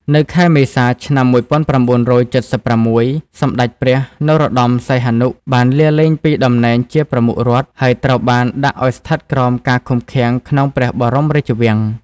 នៅខែមេសា ឆ្នាំ១៩៧៦ សម្ដេចព្រះ នរោត្តម សីហនុ បានលាលែងពីតំណែងជាប្រមុខរដ្ឋ ហើយត្រូវបានដាក់ឱ្យស្ថិតក្រោមការឃុំឃាំងក្នុងព្រះបរមរាជវាំង។